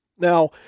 Now